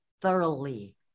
thoroughly